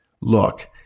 look